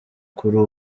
kuri